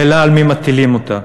השאלה היא על מי מטילים אותה.